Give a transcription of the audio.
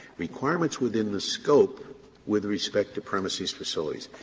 requirements within the scope with respect to premises, facilities.